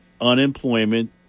unemployment